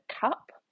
cup